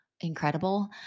incredible